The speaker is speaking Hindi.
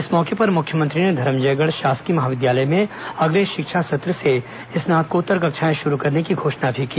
इस मौके पर मुख्यमंत्री ने धरमजयगढ़ शासकीय महाविद्यालय में अगले शिक्षा सत्र से स्नातकोत्तर कक्षाएं शुरू करने की घोषणा भी की